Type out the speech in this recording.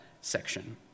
section